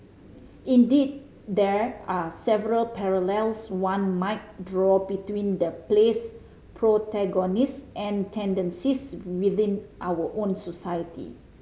indeed there are several parallels one might draw between the play's protagonist and tendencies within our own society